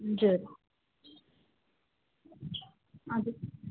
हजुर हजुर